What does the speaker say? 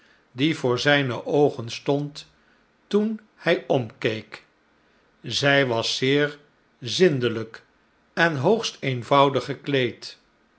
die voor zijne oogen stond toen hij omkeek zij was zeer zindelijk en hoogst eenvoudig gekleed